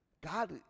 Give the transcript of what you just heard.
God